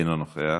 אינו נוכח.